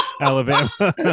Alabama